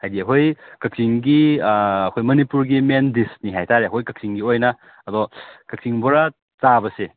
ꯍꯥꯏꯗꯤ ꯑꯩꯈꯣꯏ ꯀꯛꯆꯤꯡꯒꯤ ꯑꯩꯈꯣꯏ ꯃꯅꯤꯄꯨꯔꯒꯤ ꯃꯦꯟ ꯗꯤꯁꯅꯤ ꯍꯥꯏ ꯇꯔꯦ ꯑꯩꯈꯣꯏ ꯀꯛꯆꯤꯡꯒꯤ ꯑꯣꯏꯅ ꯑꯗꯣ ꯀꯛꯆꯤꯡ ꯕꯣꯔꯥ ꯆꯥꯕꯁꯦ